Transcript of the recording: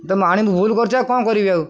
ତମେ ଆଣି କରିଛ କ'ଣ କରିବି ଆଉ